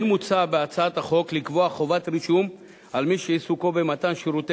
כן מוצע בהצעת החוק לקבוע חובת רישום על מי שעיסוקו במתן שירותי